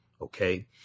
Okay